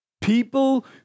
People